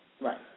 Right